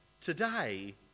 Today